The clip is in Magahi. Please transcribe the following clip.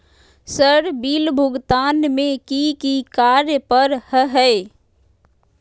सर बिल भुगतान में की की कार्य पर हहै?